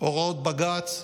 הוראות בג"ץ,